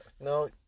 No